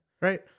Right